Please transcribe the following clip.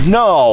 no